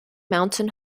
mountain